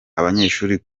abanyeshuri